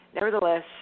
Nevertheless